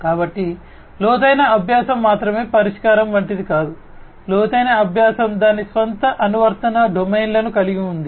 కాబట్టి లోతైన అభ్యాసం మాత్రమే పరిష్కారం వంటిది కాదు లోతైన అభ్యాసం దాని స్వంత అనువర్తన డొమైన్లను కలిగి ఉంది